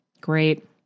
Great